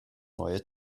neue